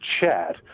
chat